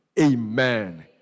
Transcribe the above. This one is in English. amen